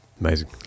amazing